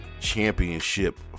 Championship